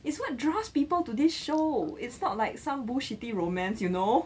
is what draws people to this show it's not like some bull shitty romance you know